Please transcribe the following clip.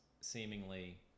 seemingly